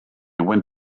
went